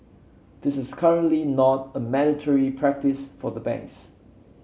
this is currently not a mandatory practice for banks